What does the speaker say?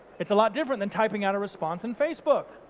it's a lot different than typing out a response in facebook.